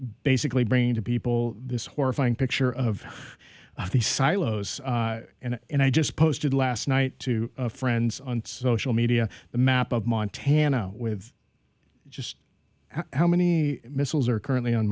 basically brain to people this horrifying picture of the silos and and i just posted last night to friends on social media the map of montana with just how many missiles are currently on